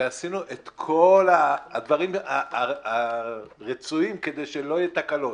ועשינו את כל הדברים הרצויים כדי שלא יהיו תקלות.